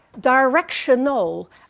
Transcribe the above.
directional